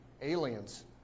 aliens